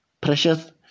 Precious